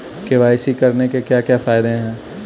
KYC करने के क्या क्या फायदे हैं?